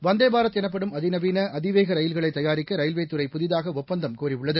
வந்தே பாரத் எனப்படும் அதிநவீன அதிவேக ரயில்களைத் தயாரிக்க ரயில்வே துறை புதிதாக ஒப்பந்தம் கோரியுள்ளது